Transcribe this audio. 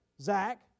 Zach